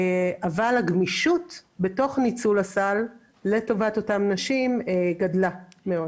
אבל הגמישות בתוך ניצול הסל לטובת אותן נשים גדלה מאוד.